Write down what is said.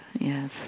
yes